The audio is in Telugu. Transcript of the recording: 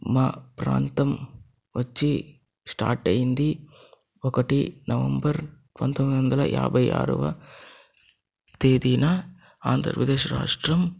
మా ప్రాంతం వచ్చి స్టార్ట్ అయ్యింది ఒకటి నవంబర్ పంతొమ్మిది వందల యాభై ఆరవ తేదీన ఆంధ్రప్రదేశ్ రాష్ట్రం